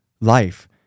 life